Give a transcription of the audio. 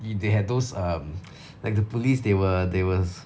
they had those um like the police they were they was